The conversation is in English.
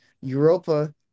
Europa